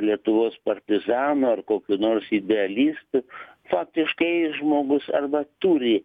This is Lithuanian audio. lietuvos partizanų ar kokių nors idealistų faktiškai žmogus arba turi